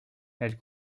elle